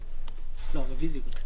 הרביזיה.